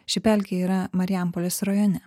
ši pelkė yra marijampolės rajone